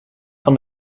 van